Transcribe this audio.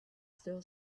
still